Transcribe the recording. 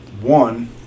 one